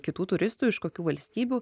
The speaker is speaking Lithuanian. kitų turistų iš kokių valstybių